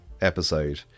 episode